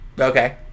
Okay